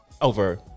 over